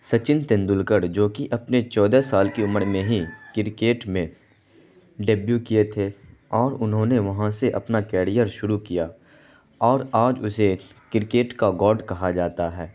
سچن تندولکر جو کہ اپنے چودہ سال کی عمر میں ہی کرکٹ میں ڈبیو کیے تھے اور انہوں نے وہاں سے اپنا کیڑیئڑ شروع کیا اور آج اسے کرکٹ کا گوڈ کہا جاتا ہے